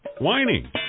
whining